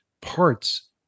parts